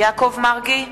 יעקב מרגי,